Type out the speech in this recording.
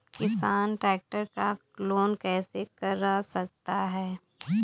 किसान ट्रैक्टर का लोन कैसे करा सकता है?